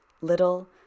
little